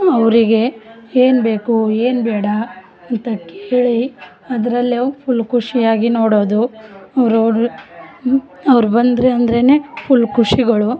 ಅವರಿಗೆ ಏನು ಬೇಕು ಏನು ಬೇಡ ಅಂತ ಕೇಳಿ ಅದರಲ್ಲೂ ಫುಲ್ ಖುಷಿಯಾಗಿ ನೊಡೋದು ಅವ್ರವ್ರು ಅವ್ರು ಬಂದರೆ ಅಂದ್ರೆ ಫುಲ್ ಖುಷಿಗಳು